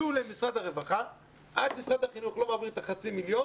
משרד הרווחה הודיע להם שעד שמשרד החינוך לא מעביר את החצי מיליון,